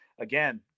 Again